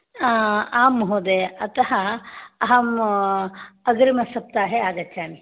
आं महोदय अतः अहम् अग्रिमसप्ताहे आगच्छामि